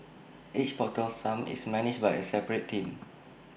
each portal sump is managed by A separate team